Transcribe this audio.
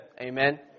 Amen